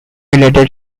related